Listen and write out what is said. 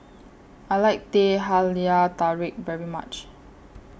I like Teh Halia Tarik very much